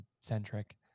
centric